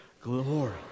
Glory